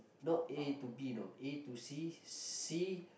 not A to B you know A to C C